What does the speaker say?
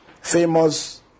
famous